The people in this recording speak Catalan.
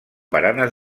baranes